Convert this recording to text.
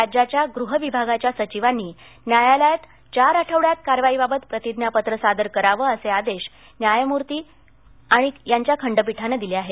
राज्याच्या गृह विभागाच्या सचिवांनी न्यायालयात चार आठवड्यात कारवाईबाबत प्रतिज्ञापत्र सादर करावं असे आदेश यांच्या खंडपीठान दिले आहेत